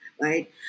right